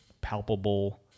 palpable